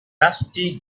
rusty